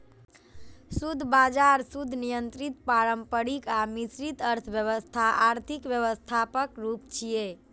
शुद्ध बाजार, शुद्ध नियंत्रित, पारंपरिक आ मिश्रित अर्थव्यवस्था आर्थिक व्यवस्थाक रूप छियै